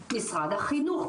משרד החינוך,